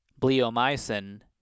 bleomycin